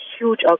huge